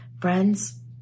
Friends